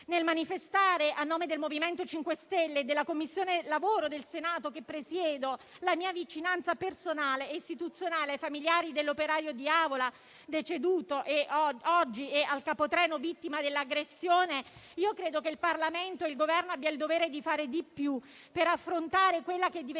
Nel manifestare a nome del MoVimento 5 Stelle e della Commissione lavoro del Senato, che presiedo, la vicinanza personale e istituzionale ai familiari dell'operaio di Avola deceduto oggi e al capotreno vittima dell'aggressione, credo che il Parlamento e il Governo abbiano il dovere di fare di più per affrontare quella che è diventata